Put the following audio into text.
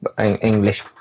English